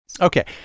Okay